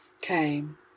came